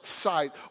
sight